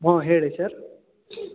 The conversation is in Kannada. ಹಾಂ ಹೇಳಿ ಸರ್